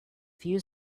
few